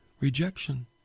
rejection